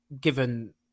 given